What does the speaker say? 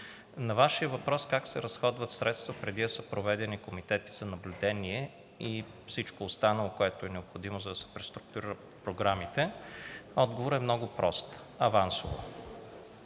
На Вашия въпрос как се разходват средства, преди да са проведени комитети за наблюдение и всичко останало, което е необходимо, за да се преструктурират програмите, отговорът е много прост – авансово.